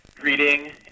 greeting